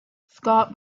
scott